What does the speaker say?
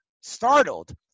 startled